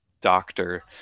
doctor